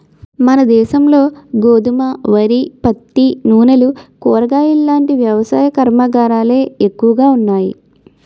మనదేశంలో గోధుమ, వరి, పత్తి, నూనెలు, కూరగాయలాంటి వ్యవసాయ కర్మాగారాలే ఎక్కువగా ఉన్నాయి